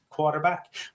quarterback